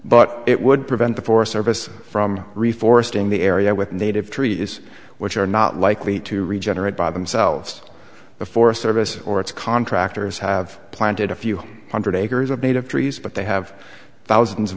but it would prevent the forest service from reforesting the area with native trees which are not likely to regenerate by themselves the forest service or its contractors have planted a few hundred acres of native trees but they have thousands of